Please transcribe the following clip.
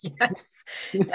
yes